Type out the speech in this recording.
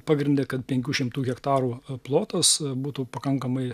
pagrinde kad penkių šimtų hektarų plotas būtų pakankamai